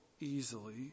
Easily